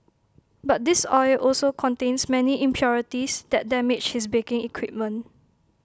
but this oil also contains many impurities that damage his baking equipment